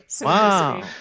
Wow